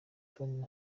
tony